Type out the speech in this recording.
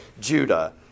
Judah